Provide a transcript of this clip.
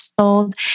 sold